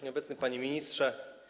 Nieobecny Panie Ministrze!